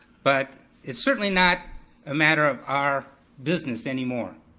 but it's certainly not a matter of our business anymore.